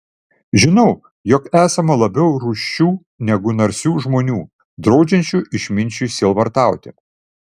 žinau jog esama labiau rūsčių negu narsių žmonių draudžiančių išminčiui sielvartauti